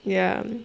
ya